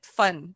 fun